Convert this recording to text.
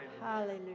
Hallelujah